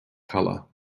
colour